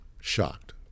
Shocked